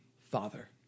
Father